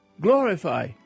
glorify